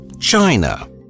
China